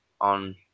on